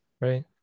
Right